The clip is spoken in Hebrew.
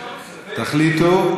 תחליטו.